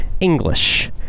English